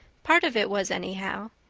part of it was anyhow.